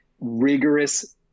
rigorous